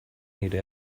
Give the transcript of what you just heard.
nire